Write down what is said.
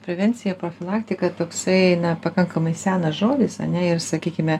prevencija profilaktika toksai na pakankamai senas žodį ane ir sakykime